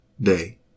day